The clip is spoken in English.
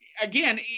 again